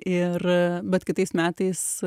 ir bet kitais metais